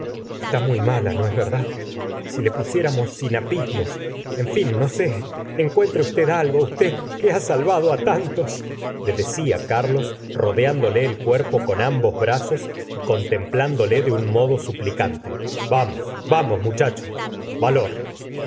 está muy mala no es verdad si le pusiéramos sinapismos en fin no sé encuentre usted algo usted que ha salvodo á tantos le decía carlos rodeándole el cuerpo con ambos brazos y contemplándole de un modo suplicante vamos vamos muchacho valor